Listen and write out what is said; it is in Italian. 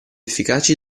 efficaci